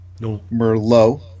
Merlot